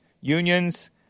unions